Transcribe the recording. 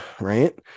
right